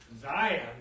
Zion